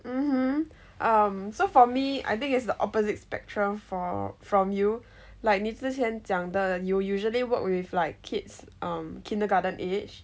mmhmm um so for me I think it's the opposite spectrum for from you like 你之前讲的 you usually work with like kids um kindergarten age